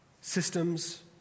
systems